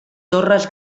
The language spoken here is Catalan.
torres